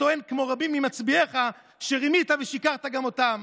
שטוען כמו רבים ממצביעך שרימית ושיקרת גם אותם?